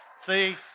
See